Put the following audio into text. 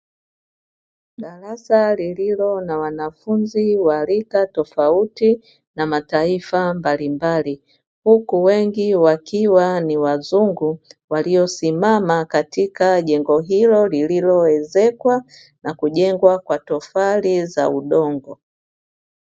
Darasa lililo na wanafunzi wa rika tofauti na mataifa mbalimbali, huku wengi wakiwa ni wazungu, waliosimama katika jengo hilo lililoezekwa na kujengwa kwa tofali za udongo.